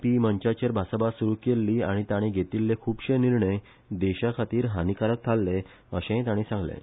पी मंचाचेर भासाभास सुरु केल्ली आनी ताणी घेतिल्ले खुपशे निर्णय देशाखातीर हानीकारक थारले अशें ताणी सांगलें